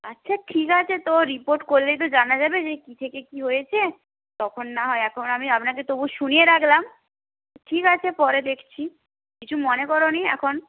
হ্যাঁ সে ঠিক আছে তো রিপোর্ট করলেই তো জানা যাবে যে কি থেকে কি হয়েছে তখন না হয় এখন আমি আপনাকে তবু শুনিয়ে রাখলাম ঠিক আছে পরে দেখছি কিছু মনে করো না এখন